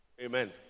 Amen